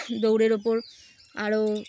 দৌড়ের ওপর আরও